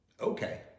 Okay